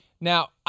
Now